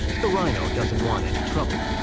the rhino doesn't want any trouble.